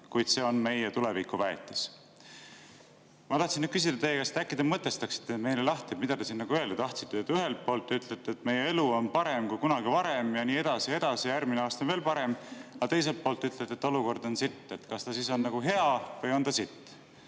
kuid see on meie tuleviku väetis."" Ma tahtsin nüüd küsida teie käest, et äkki te mõtestaksite meile lahti, mida te öelda tahtsite. Ühelt poolt te ütlesite, et meie elu on parem kui kunagi varem ja nii edasi ja nii edasi, järgmisel aastal veel parem, aga teiselt poolt ütlesite, et olukord on sitt. Kas ta on siis hea või on ta sitt?